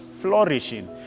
flourishing